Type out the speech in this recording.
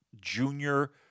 junior